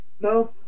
No